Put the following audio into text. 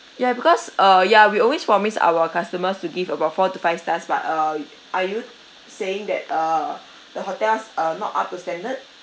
ya because uh ya we always promise our customers to give about four to five star but uh are you saying that err the hotels uh not up to standard